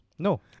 No